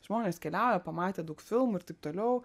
žmonės keliauja pamatė daug filmų ir taip toliau